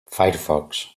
firefox